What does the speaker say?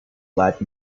let